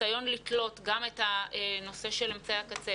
הניסיון לתלות גם את הנושא של אמצעי הקצה